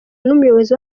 n’umuyobozi